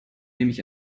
nämlich